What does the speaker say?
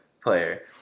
player